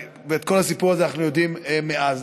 ואת כל הסיפור הזה אנחנו יודעים מאז.